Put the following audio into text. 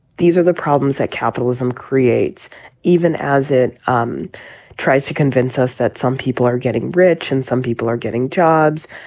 these are the problems that capitalism creates even as it um tries to convince us that some people are getting rich and some people are getting jobs.